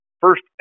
first